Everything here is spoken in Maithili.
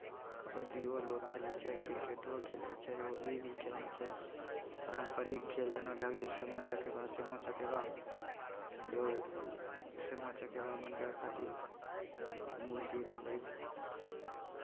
कबड्डिओ लोक खेलै छै क्रिकेटो खेलै छै होली भी खेलै छै पारम्परिक खेल जेना भए गेलै सामा चकेबा सामा चकेबा लोक सामा चकेबा मनबय खातिर मूर्ति बनबै छै